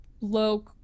low